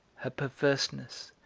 her perverseness,